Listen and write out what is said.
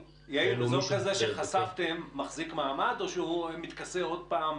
אזור כזה שחשפתם מחזיק מעמד או שהוא מתכסה עוד פעם